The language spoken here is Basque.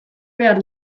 behar